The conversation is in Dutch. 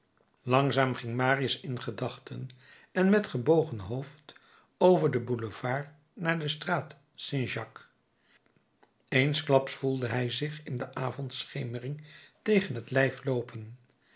langzaam ging marius in gedachten en met gebogen hoofd over den boulevard naar de straat st jacques eensklaps voelde hij zich in de avondschemering tegen het lijf loopen